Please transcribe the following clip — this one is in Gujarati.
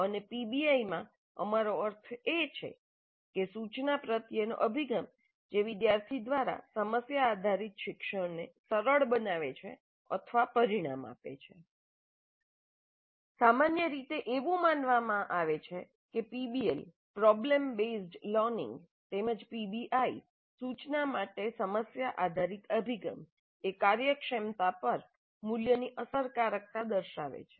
અને પીબીઆઈમાં અમારો અર્થ એ છે કે સૂચના પ્રત્યેનો અભિગમ જે વિદ્યાર્થી દ્વારા સમસ્યા આધારિત શિક્ષણને સરળ બનાવે છે અથવા પરિણામ આપે છે સામાન્ય રીતે એવું માનવામાં આવે છે કે પીબીએલ પ્રોબ્લેમ બેસ્ડ લર્નિંગ તેમજ પીબીઆઈ સૂચના માટે સમસ્યા આધારિત અભિગમ એ કાર્યક્ષમતા પર મૂલ્યની અસરકારકતા દર્શાવે છે